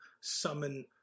summon